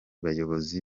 bayobozi